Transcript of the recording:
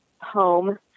home